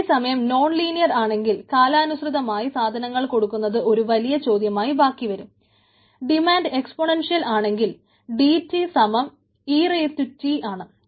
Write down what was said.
അതേസമയം demand nonlinear etആണ്